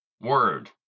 Word